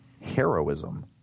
heroism